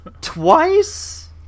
Twice